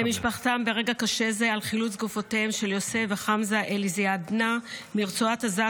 -- ברגע קשה זה עם חילוץ גופותיהם של יוסף וחמזה אל-זיאדנה מרצועת עזה,